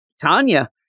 Tanya